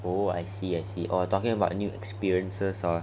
oh I see I see or talking about new experiences or